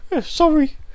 Sorry